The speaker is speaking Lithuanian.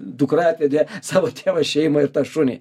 dukra atvedė savo tėvą šeimą ir tą šunį